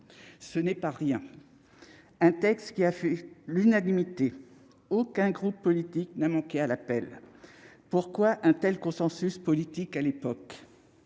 Ce n'est pas rien. Ce texte a donc fait l'unanimité. Aucun groupe politique n'a manqué à l'appel. Pourquoi un tel consensus politique à l'époque,